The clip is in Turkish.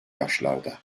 yaşlarda